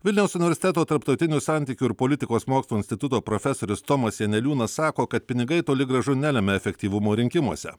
vilniaus universiteto tarptautinių santykių ir politikos mokslų instituto profesorius tomas janeliūnas sako kad pinigai toli gražu nelemia efektyvumo rinkimuose